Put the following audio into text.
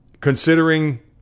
Considering